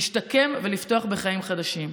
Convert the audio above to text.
להשתקם ולפתוח בחיים חדשים.